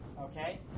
okay